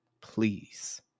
Please